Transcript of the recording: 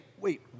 wait